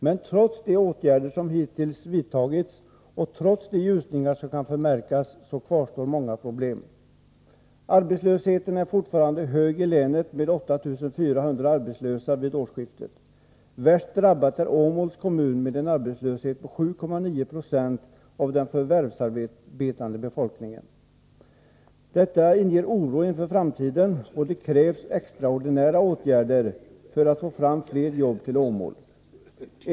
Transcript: Men trots de åtgärder som hittills vidtagits och trots de ljusningar som kan förmärkas, kvarstår många problem. Arbetslösheten är fortfarande hög i länet, med 8400 arbetslösa vid årsskiftet. Värst drabbat är Åmåls kommun med en arbetslöshet av 7,9 20 av den förvärvsarbetande befolkningen. Detta inger oro inför framtiden, och det krävs extraordinära åtgärder för att få fram fler jobb till Åmål.